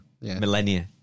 millennia